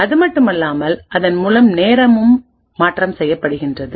அதுமட்டுமல்லாமல்அதன்மூலம் நேரமும் மாற்றம் செய்யப்படுகிறது